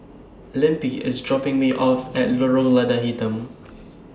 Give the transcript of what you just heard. Lempi IS dropping Me off At Lorong Lada Hitam